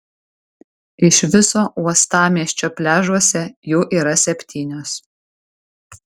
iš viso uostamiesčio pliažuose jų yra septynios